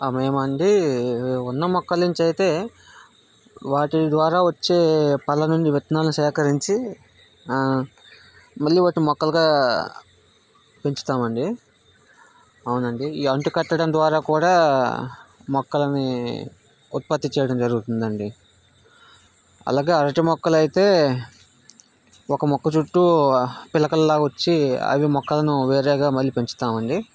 ఆమె ఏమంది ఉన్న మొక్కల నుంచి అయితే వాటి ద్వారా వచ్చే పళ్ళ నుండి విత్తనాలు సేకరించి మళ్ళీ వాటిని మొక్కలుగా పెంచుతామండి అవునండి ఈ అంటుకట్టడం ద్వారా కూడా మొక్కలని ఉత్పత్తి చేయడం జరుగుతుందండి అలాగే అరటి మొక్కలైతే ఒక మొక్క చుట్టూ పిలకల్లా వచ్చి అవి మొక్కలను వేరేగా మళ్ళీ పెంచుతామండి